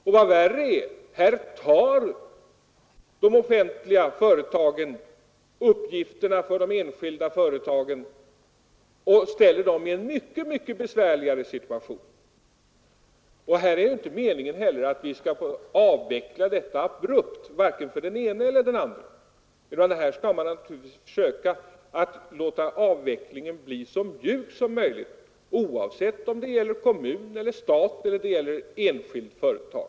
Och vad värre är: de offentliga företagen tar uppgifterna från de enskilda företagen och ställer dem i en mycket besvärligare situation. Det är inte heller meningen att vi skall avveckla det hela abrupt, varken för den ena eller den andra. Här skall man naturligtvis låta avvecklingen bli så mjuk som möjligt oavsett om det gäller en kommun, staten eller ett enskilt företag.